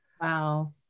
Wow